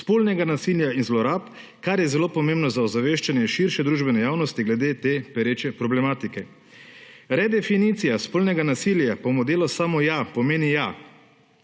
spolnega nasilja in zlorab, kar je zelo pomembno za ozaveščanje širše družbene javnosti glede te pereče problematike. Redefinicija spolnega nasilja po modelu Samo ja pomeni ja,